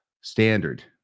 standard